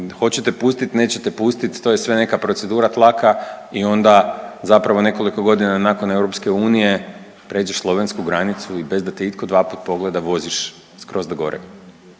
hoće te pustit, neće te pustit, to je sve neka procedura, tlaka i onda zapravo nekoliko godina nakon EU pređeš slovensku granicu i bez da te itko dvaput pogleda voziš skroz do gore,